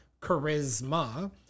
charisma